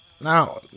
Now